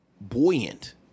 buoyant